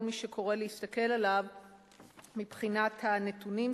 מי שקורא להסתכל עליו מבחינת הנתונים,